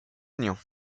aignan